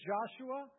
Joshua